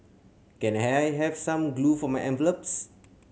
can I have some glue for my envelopes